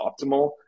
optimal